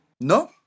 ¿No